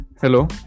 Hello